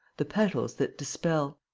the petals that dispel.